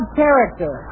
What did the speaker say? character